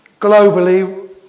globally